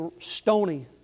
stony